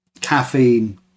caffeine